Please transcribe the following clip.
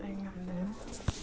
ꯑꯩ ꯉꯝꯗ꯭ꯔꯦꯕꯣ